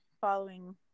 following